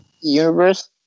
universe